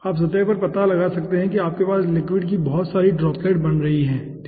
आप सतह पर पता लगा सकते हैं कि आपके पास लिक्विड की बहुत सारी ड्रॉप्लेट्स बन रही हैं ठीक है